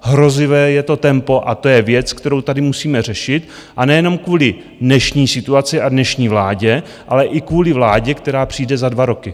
Hrozivé je to tempo, a to je věc, kterou tady musíme řešit, a nejenom kvůli dnešní situaci a dnešní vládě, ale i kvůli vládě, která přijde za dva roky.